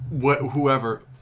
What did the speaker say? whoever